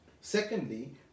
Secondly